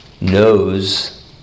knows